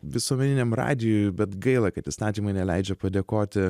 visuomeniniam radijuj bet gaila kad įstatymai neleidžia padėkoti